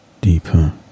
deeper